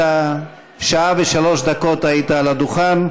אתה שעה ושלוש דקות היית על הדוכן,